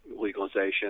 legalization